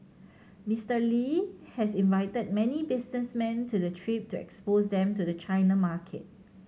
Mister Lee has invited many businessmen to the trip to expose them to the China market